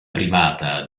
privata